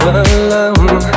alone